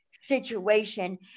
situation